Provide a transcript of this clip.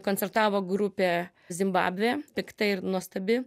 koncertavo grupė zimbabvė pikta ir nuostabi